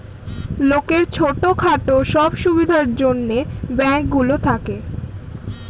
লোকের ছোট খাটো সব সুবিধার জন্যে ব্যাঙ্ক গুলো থাকে